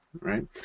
right